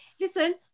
listen